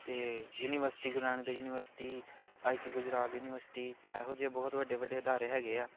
ਅਤੇ university Guru Nanak Dev university I K Gujral university ਇਹੋ ਜਿਹੇ ਬਹੁਤ ਵੱਡੇ ਵੱਡੇ ਅਦਾਰੇ ਹੈਗੇ ਆ